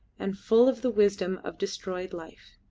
and full of the wisdom of destroyed life.